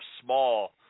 small